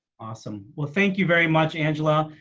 awesome. well, thank you very much. angela.